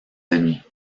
amis